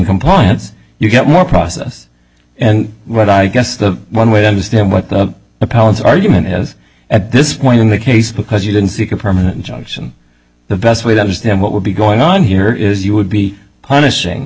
compliance you get more process and what i guess the one way to understand what the appellate argument has at this point in the case because you didn't seek a permanent injunction the best way to understand what would be going on here is you would be punishing